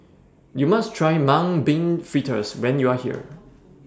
YOU must Try Mung Bean Fritters when YOU Are here